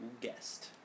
guest